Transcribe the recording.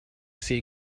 sea